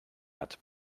hat